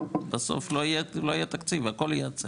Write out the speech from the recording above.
בסוף לא יהיה לה תקציב והכל ייעצר.